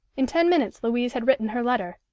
in ten minutes louise had written her letter.